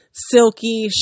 silky